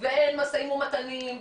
ואין משאים ומתנים,